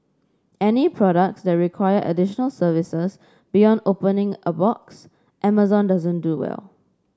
any products that require additional services beyond opening a box Amazon doesn't do well